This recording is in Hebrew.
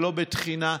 ולא בתחינה,